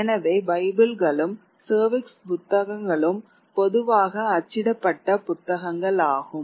எனவே பைபிள்களும் சர்விக்ஸ் புத்தகங்களும் பொதுவாக அச்சிடப்பட்ட புத்தகங்கள் ஆகும்